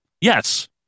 Yes